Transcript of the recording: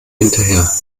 hinterher